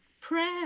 prayer